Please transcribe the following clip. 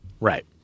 Right